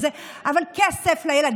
רגע, אבל על זה נוסיף,